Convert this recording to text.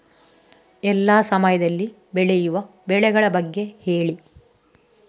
ಎಲ್ಲಾ ಸಮಯದಲ್ಲಿ ಬೆಳೆಯುವ ಬೆಳೆಗಳ ಬಗ್ಗೆ ಹೇಳಿ